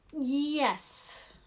Yes